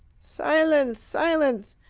silence! silence!